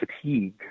fatigue